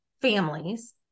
families